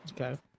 Okay